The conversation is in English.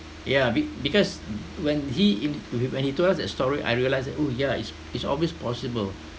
yeah be~ because when he when he told us the story I realise that !woo! yeah it's it's always possible